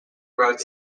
wrote